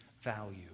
value